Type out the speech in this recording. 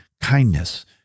kindness